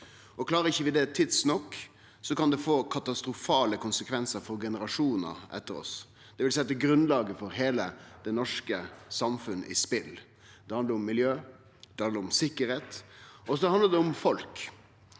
Klarer vi ikkje det tidsnok, kan det få katastrofale konsekvensar for generasjonane etter oss. Det vil setje grunnlaget for heile det norske samfunnet i spel. Det handlar om miljø, om sikkerheit, og så